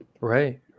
Right